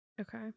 Okay